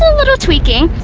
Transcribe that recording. little tweaking.